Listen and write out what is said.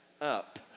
up